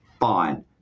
fine